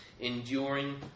enduring